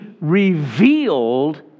revealed